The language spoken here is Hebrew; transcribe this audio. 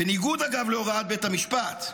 אגב, בניגוד להוראת בית המשפט.